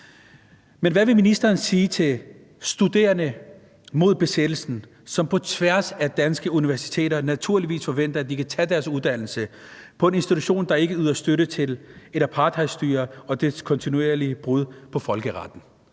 Men hvad vil ministeren sige til Studerende mod Besættelsen, som på tværs af danske universiteter naturligvis forventer, at de kan tage deres uddannelse på en institution, der ikke yder støtte til et apartheidstyre og dets kontinuerlige brud på folkeretten?